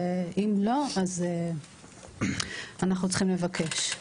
ואם לא, אנחנו צריכים לבקש.